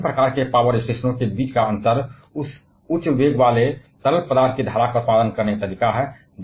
अब विभिन्न प्रकार के पावर स्टेशनों के बीच का अंतर उस उच्च वेग वाले तरल पदार्थ की धारा के उत्पादन का तरीका है